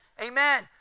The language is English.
Amen